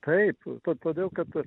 taip to todėl kad